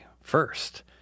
first